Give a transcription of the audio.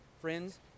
Friends